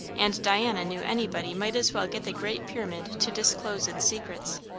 and diana knew anybody might as well get the great pyramid to disclose its secrets.